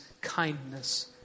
kindness